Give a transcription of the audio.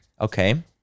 Okay